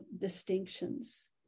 distinctions